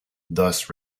thus